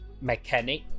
mechanic